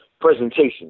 presentation